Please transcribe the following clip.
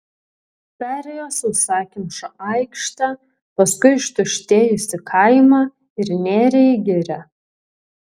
perėjo sausakimšą aikštę paskui ištuštėjusį kaimą ir nėrė į girią